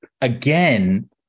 again